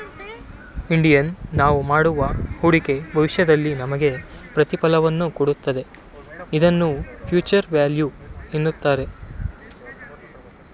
Indian ನಾವು ಮಾಡುವ ಹೂಡಿಕೆ ಭವಿಷ್ಯದಲ್ಲಿ ನಮಗೆ ಪ್ರತಿಫಲವನ್ನು ಕೊಡುತ್ತದೆ ಇದನ್ನೇ ಫ್ಯೂಚರ್ ವ್ಯಾಲ್ಯೂ ಎನ್ನಬಹುದು